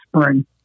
spring